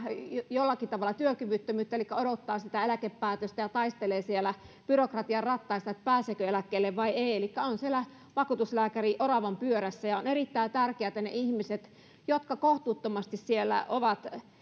jollakin tavalla työkyvyttömyyttä omaava elikkä hän odottaa sitä eläkepäätöstä ja taistelee siellä byrokratian rattaissa että pääseekö eläkkeelle vai ei elikkä on siellä vakuutuslääkärioravanpyörässä ja on kyllä erittäin tärkeätä että niiden ihmisten jotka kohtuuttomasti siellä ovat